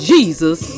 Jesus